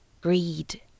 greed